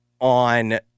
on